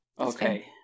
Okay